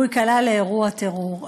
שהוא ייקלע לאירוע טרור?